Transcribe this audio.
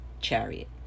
chariot